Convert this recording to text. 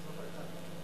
זו היתה הכוונה.